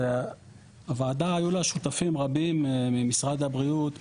הוועדה היו לה שותפים רבים ממשרד הבריאות,